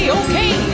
okay